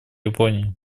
японии